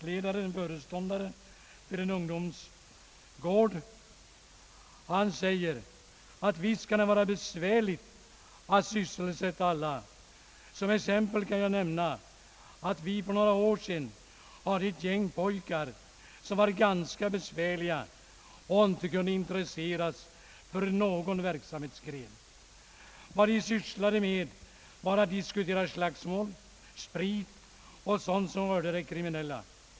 Vederbörande föreståndare på ungdomsgården skriver: » Visst kan det vara besvärligt att sysselsätta alla, som exempel kan jag nämna att vi för några år sedan hade ett gäng pojkar som var ganska besvärliga och inte kunde intresseras för någon verksamhetsgren. Vad de sysslade med var att diskutera slagsmål, sprit och sådant som rörde det kriminella.